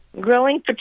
Growing